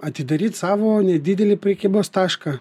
atidaryt savo nedidelį prekybos tašką